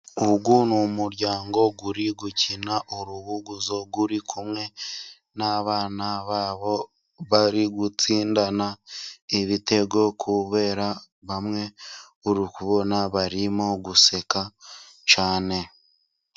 Uyu n'umuryango uri gukina urubuguzo, uri kumwe n'abana babo bari gutsindana ibitego, kubera bamwe uri kubona barimo guseka cyane.